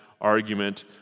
argument